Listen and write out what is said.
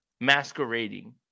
masquerading